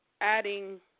adding